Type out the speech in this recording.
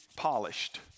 polished